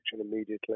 immediately